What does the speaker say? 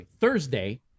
Thursday